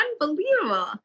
unbelievable